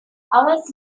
hours